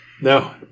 No